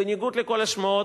בניגוד לכל השמועות,